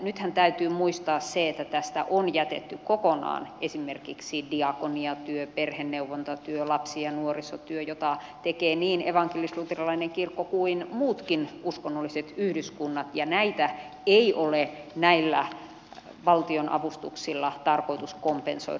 nythän täytyy muistaa se että tästä on jätetty kokonaan esimerkiksi diakoniatyö perheneuvontatyö lapsi ja nuorisotyö joita tekevät niin evankelisluterilainen kirkko kuin muutkin uskonnolliset yhdyskunnat ja näitä ei ole näillä valtionavustuksilla tarkoitus kompensoida